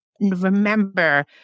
remember